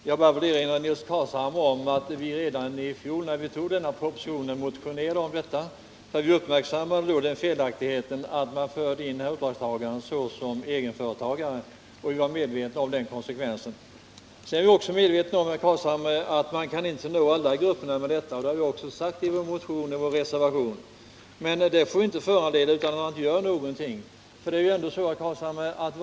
Herr talman! Jag vill bara erinra Nils Carlshamre om att vi redan i fjol motionerade om detta i samband med den proposition som förelåg då. Vi uppmärksammade där felaktigheten att uppdragstagare behandlades som egenföretagare, och vi var medvetna om konsekvensen av det. Vi är också, herr Carlshamre, medvetna om att vi inte kan nå alla grupper genom vårt förslag, och det har vi sagt i motionen och reservationen. Men det fårinte vara någon anledning till att inte göra någonting.